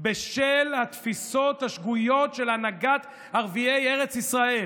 בשל התפיסות השגויות של הנהגת ערביי ארץ ישראל